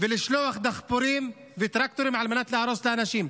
ולשלוח דחפורים וטרקטורים על מנת להרוס את האנשים.